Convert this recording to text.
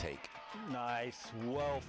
take nice well